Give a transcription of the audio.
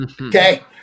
Okay